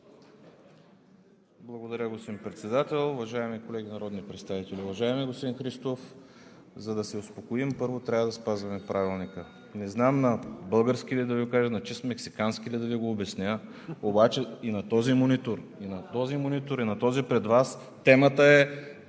Благодаря, господин Председател. Уважаеми колеги народни представители! Уважаеми господин Христов, за да се успокоим, първо трябва да спазваме Правилника. Не знам на български ли да Ви го кажа, на чист мексикански ли да Ви го обясня обаче и на този монитор (посочва монитора на трибуната), и на този пред Вас, темата е